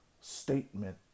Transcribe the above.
statement